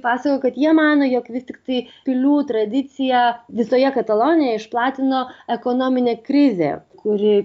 pasakojo kad jie mano jog vis tiktai pilių tradiciją visoje katalonijoje išplatino ekonominė krizė kuri